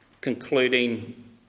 concluding